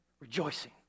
rejoicing